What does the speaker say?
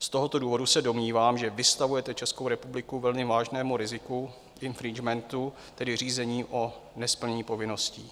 Z tohoto důvodu se domnívám, že vystavujete Českou republiku velmi vážnému riziku infringementu, tedy řízení o nesplnění povinností.